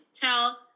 tell